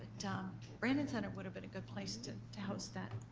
but brannon center would have been a good place to to host that.